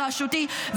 בראשותי.